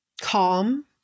calm